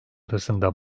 arasında